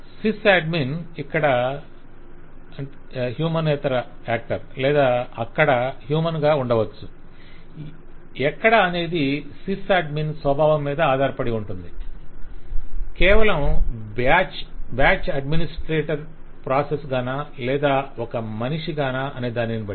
sys admin ఇక్కడ హ్యూమనేతర లేదా అక్కడ హ్యూమన్ ఉండవచ్చు ఎక్కడ అనేది సిస్ అడ్మిన్ స్వభావం మీద ఆధారపడి ఉంటుంది కేవలం బ్యాచ్ అడ్మినిస్ట్రేటర్ ప్రాసెస్ గానా లేదా ఒక మనిషి గానా అనే దానిని బట్టి